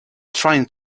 trying